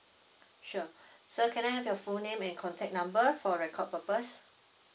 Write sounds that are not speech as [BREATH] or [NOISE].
sure [BREATH] so can I have your full name and contact number for record purpose